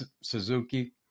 Suzuki